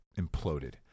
imploded